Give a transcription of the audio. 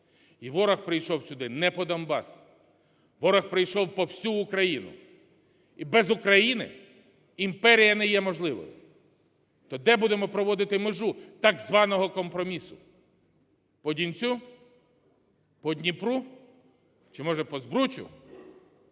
і ворог прийшов сюди не по Донбас – ворог прийшов по всю Україну, і без України імперія не є можливою. То де будемо проводити межу так званого компромісу? По Донцю, по Дніпру чи може по Збручу?